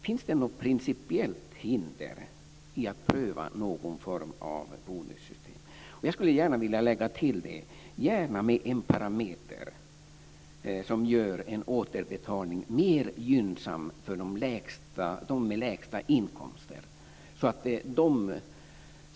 Finns det något principiellt hinder för att pröva någon form bonussystem? Jag skulle gärna vilja lägga till en sak, nämligen att det gärna får innehålla en parameter som gör en återbetalning mer gynnsam för dem med de lägsta inkomsterna.